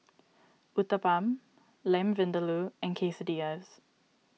Uthapam Lamb Vindaloo and Quesadillas